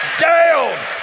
down